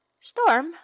Storm